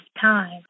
time